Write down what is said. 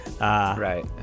Right